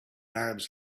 arabs